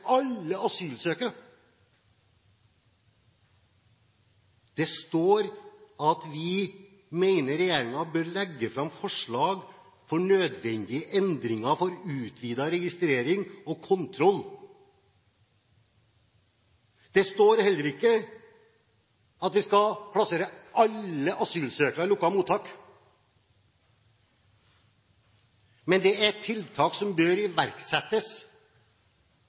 alle asylsøkere. Det står at vi mener regjeringen bør legge fram forslag til nødvendige endringer for utvidet registrering og kontroll. Det står heller ikke at vi skal plassere alle asylsøkere i lukkede mottak. Men det er tiltak som bør iverksettes